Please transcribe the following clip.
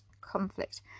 conflict